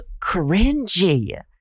cringy